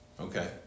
okay